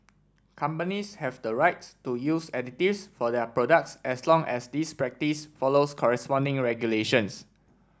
companies have the rights to use additives for their products as long as this practice follows corresponding regulations